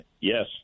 Yes